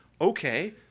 Okay